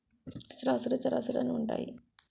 స్థిరాస్తులు చరాస్తులు అని ఉంటాయి